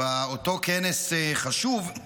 באותו כנס חשוב,